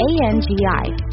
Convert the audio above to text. A-N-G-I